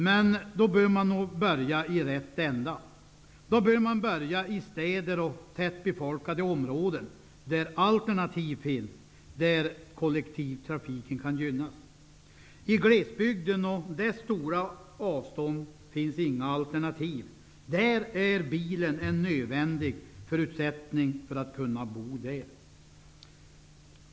Men då bör man börja i rätt ända, dvs. i städer och tätbefolkade områden där det finns alternativ och där kollektivtrafiken kan gynnas. I glesbygden med dess stora avstånd finns det inga alternativ. Bilen en nödvändig förutsättning för att man skall kunna bo där.